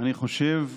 אדוני היושב-ראש,